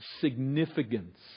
significance